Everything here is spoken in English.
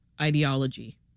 ideology